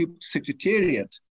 secretariat